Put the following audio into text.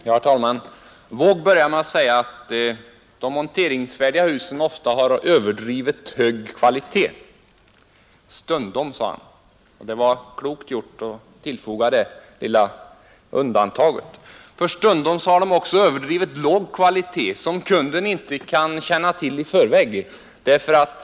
Herr talman! Herr Wååg börjar med att säga att de monteringsfärdiga husen stundom har överdrivet hög kvalitet. ”Stundom”, sade han, och det var klokt att göra det lilla undantaget. För stundom har de överdrivet låg kvalitet, vilket kunden inte kan känna till i förväg.